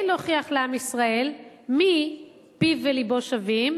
כדי להוכיח לעם ישראל מי פיו ולבו שווים,